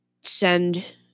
send